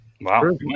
Wow